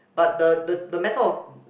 but the the the matter of